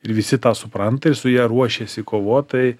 ir visi tą supranta ir su ja ruošiasi kovot tai